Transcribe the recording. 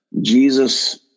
Jesus